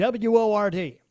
WORD